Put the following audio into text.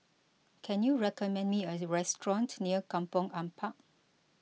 can you recommend me a restaurant near Kampong Ampat